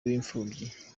w’imfubyi